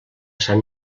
sant